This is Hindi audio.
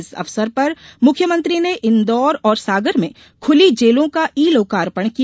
इस अवसर पर मुख्यमंत्री ने इंदौर और सागर में खुली जेलों का ई लोकार्पण किया